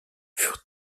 furent